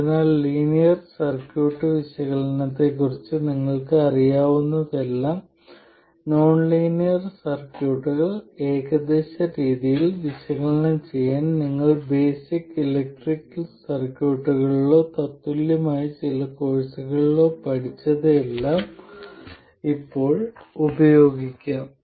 അതിനാൽ linear circuit വിശകലനത്തെക്കുറിച്ച് നിങ്ങൾക്ക് അറിയാവുന്നതെല്ലാം നോൺലീനിയർ സർക്യൂട്ടുകൾ ഏകദേശ രീതിയിൽ വിശകലനം ചെയ്യാൻ നിങ്ങൾ ബേസിക്ക് ഇലക്ട്രിക്കൽ സർക്യൂട്ടുകളിലോ തത്തുല്യമായ ചില കോഴ്സുകളിലോ പഠിച്ചത് എല്ലാം ഇപ്പോൾ ഉപയോഗിക്കാം